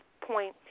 point